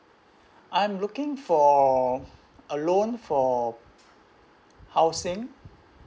I'm looking for a loan for housing